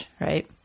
Right